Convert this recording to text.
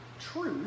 truth